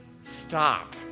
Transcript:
stop